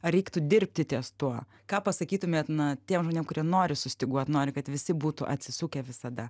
ar reiktų dirbti ties tuo ką pasakytumėt na tiem žmonėm kurie nori sustyguot nori kad visi būtų atsisukę visada